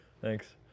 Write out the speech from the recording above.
Thanks